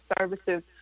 services